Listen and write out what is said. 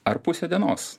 ar pusę dienos